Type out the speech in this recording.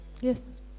Yes